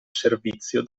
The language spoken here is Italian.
servizio